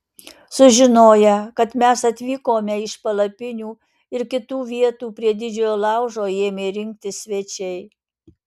sužinoję kad mes atvykome iš palapinių ir kitų vietų prie didžiojo laužo ėmė rinktis svečiai